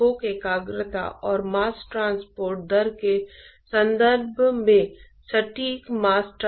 फिर हम ट्रांसपोर्ट समीकरण लिखेंगे